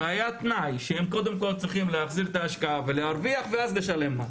היה תנאי שהם קודם כל צריכים להחזיר את ההשקעה ולהרוויח ואז לשלם מס.